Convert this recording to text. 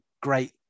great